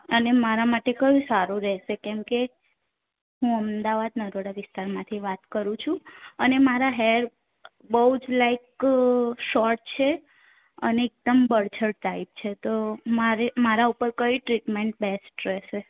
અને મારા માટે કયું સારું રહેશે કેમ કે હું અમદાવાદ નરોડા વિસ્તારમાંથી વાત કરું છું અને મારા હેર બહુ જ લાઈક શોર્ટ છે અને એકદમ બરછટ ટાઈપ છે તો મારે મારા ઉપર કઈ ટ્રીટમેન્ટ બેસ્ટ રહેશે